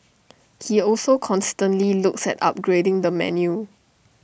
he also constantly looks at upgrading the menu